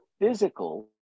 physical